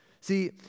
See